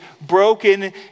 broken